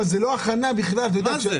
אבל זו הכנה לקויה.